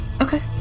Okay